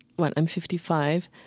what, i'm fifty five,